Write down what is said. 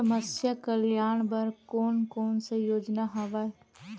समस्या कल्याण बर कोन कोन से योजना हवय?